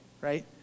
right